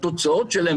התוצאות שלהן,